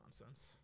nonsense